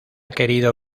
querido